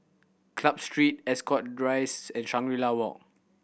Club Street Ascot Rise and Shangri La Walk